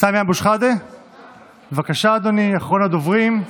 סמי אבו שחאדה, בבקשה, אדוני, אחרון הדוברים.